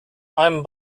einem